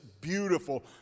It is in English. beautiful